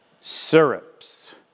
syrups